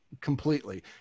completely